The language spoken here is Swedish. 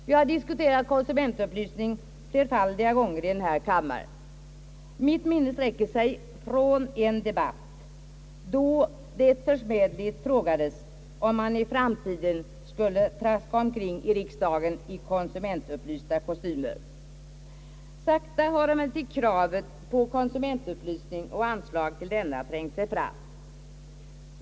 Vi har diskuterat konsumentupplysning flerfaldiga gånger i denna kammare. Mitt minne sträcker sig tillbaka till en debatt då det försmädligt frågades om vi skulle traska omkring i riksdagshuset i konsumentupplysta kostymer. Sakta har emellertid kravet på konsumentupplysning och anslag till denna trängt sig fram.